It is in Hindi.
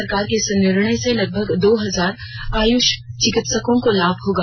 सरकार के इस निर्णय से लगभग दो हजार आयुष चिकित्सकों को लाभ होगा